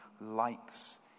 likes